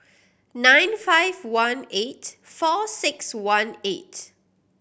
nine five one eight four six one eight